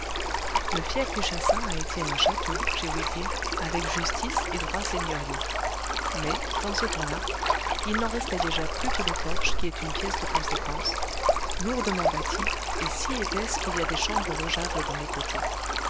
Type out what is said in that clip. le fief du chassin a été un château j'ai ouï dire avec justice et droits seigneuriaux mais dans ce temps-là il n'en restait déjà plus que le porche qui est une pièce de conséquence lourdement bâtie et si épaisse qu'il y a des chambres logeables dans les côtés